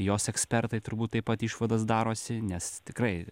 jos ekspertai turbūt taip pat išvadas darosi nes tikrai